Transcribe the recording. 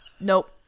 Nope